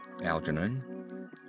Algernon